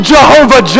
Jehovah